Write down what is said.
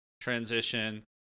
transition